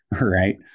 right